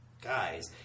guys